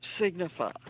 signify